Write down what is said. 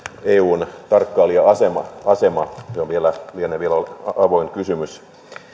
eun tarkkailija asema asema se lienee vielä avoin kysymys